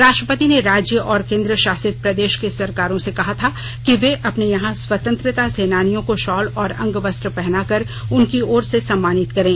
राष्ट्रपति ने राज्य और केंद्रशासित प्रदेश की सरकारों से कहा था कि वे अपने यहां स्वतंत्रता सेनानियों को शॉल और अंग वस्त्र पहनाकर उनकी ओर से सम्मानित करें